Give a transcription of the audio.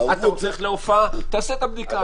אתה רוצה ללכת להופעה תעשה את הבדיקה.